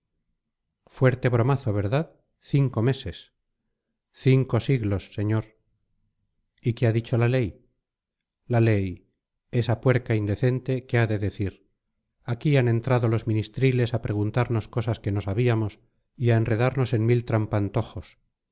alma fuerte bromazo verdad cinco meses cinco siglos señor y qué ha dicho la ley la ley esa puerca indecente qué ha de decir aquí han entrado los ministriles a preguntarnos cosas que no sabíamos y a enredarnos en mil